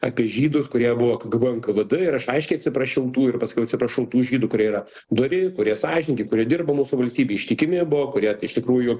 apie žydus kurie buvo kgb nkvd ir aš aiškiai atsiprašiau tų ir pasakiau atsiprašau tų žydų kurie yra dori kurie sąžiningi kurie dirbo mūsų valstybei ištikimi buvo kurie iš tikrųjų